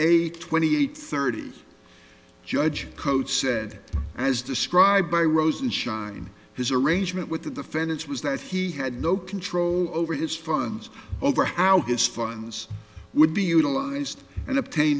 eight twenty eight thirty judge code said as described by rosenschein his arrangement with the defendants was that he had no control over his funds over how his funds would be utilized and obtain